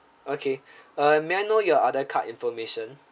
okay uh may I know your other card information